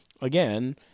Again